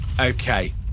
Okay